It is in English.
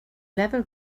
level